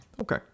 Okay